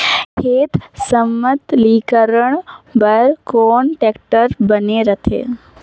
खेत समतलीकरण बर कौन टेक्टर बने रथे?